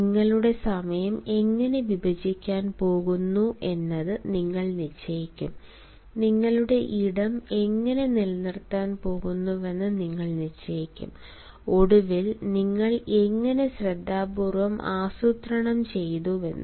നിങ്ങളുടെ സമയം എങ്ങനെ വിഭജിക്കാൻ പോകുന്നു എന്നത് നിങ്ങൾ നിശ്ചയിക്കും നിങ്ങളുടെ ഇടം എങ്ങനെ നിലനിർത്താൻ പോകുന്നുവെന്നത് നിങ്ങൾ നിശ്ചയിക്കും ഒടുവിൽ നിങ്ങൾ എങ്ങനെ ശ്രദ്ധാപൂർവ്വം ആസൂത്രണം ചെയ്തുവെന്നും